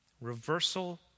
Reversal